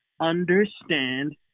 understand